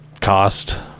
Cost